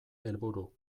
helburu